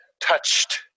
touched